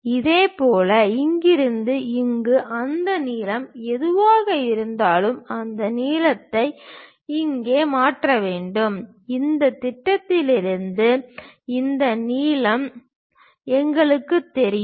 இதேபோல் இங்கிருந்து இங்கு அந்த நீளம் எதுவாக இருந்தாலும் அந்த நீளத்தை இங்கே மாற்ற வேண்டும் இந்த திட்டத்திலிருந்து இந்த நீளம் எங்களுக்குத் தெரியும்